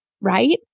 Right